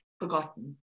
forgotten